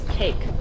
cake